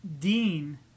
Dean